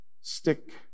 stick